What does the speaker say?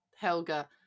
Helga